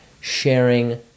sharing